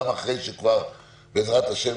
גם אחרי שכבר בעזרת השם,